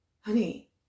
Honey